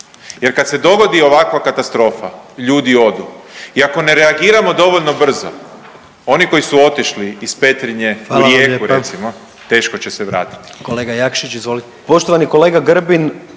jer kad se dogodi ovakva katastrofa ljudi odu i ako ne reagiramo dovoljno brzo oni koji su otišli iz Petrinje…/Upadica predsjednik: